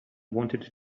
wanted